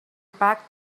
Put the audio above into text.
packed